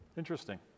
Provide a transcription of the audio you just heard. Interesting